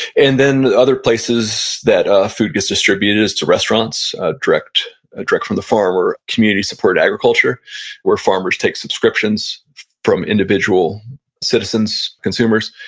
and then the other places that ah food gets distributed is to restaurants direct ah direct from the farmer community supported agriculture where farmers take subscriptions from individual citizens consumers.